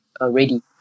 already